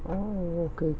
oh okay okay